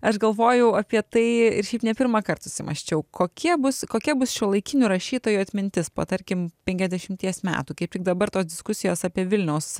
aš galvojau apie tai ir šiaip ne pirmąkart susimąsčiau kokie bus kokie bus šiuolaikinių rašytojų atmintis po tarkim penkiasdešimties metų kaip tik dabar tos diskusijos apie vilniaus